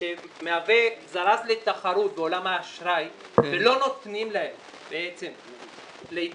שמהווה זרז לתחרות בעולם האשראי ולא נותנים להם להתממן